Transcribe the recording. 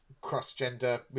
cross-gender